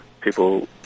people